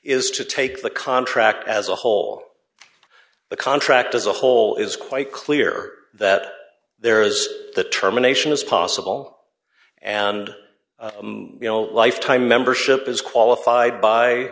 is to take the contract as a whole the contract as a whole is quite clear that there is that terminations possible and you know lifetime membership is qualified by